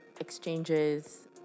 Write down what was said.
exchanges